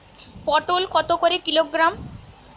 পটল কত করে কিলোগ্রাম?